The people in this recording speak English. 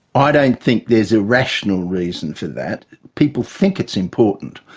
ah don't think there's a rational reason for that. people think it's important.